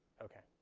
okay.